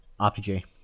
RPG